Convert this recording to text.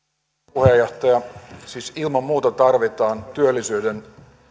puheenjohtaja siis ilman muuta tarvitaan työllisyyden